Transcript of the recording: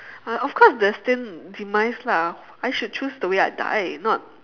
uh of course destined demise lah I should choose the way I die not